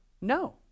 No